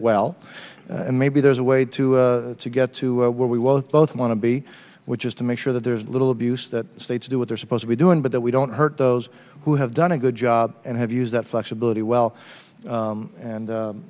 well maybe there's a way to to get to where we will both want to be which is to make sure that there's little abuse that states do what they're supposed to be doing but that we don't hurt those who have done a good job and have used that flexibility well and